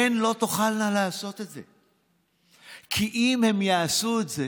הן לא תוכלנה לעשות את זה, כי אם הן יעשו את זה,